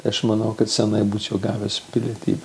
aš manau kad seniai būčiau gavęs pilietybę